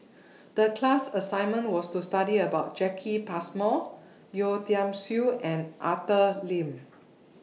The class assignment was to study about Jacki Passmore Yeo Tiam Siew and Arthur Lim